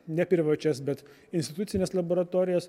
ne privačias bet institucines laboratorijas